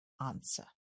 answer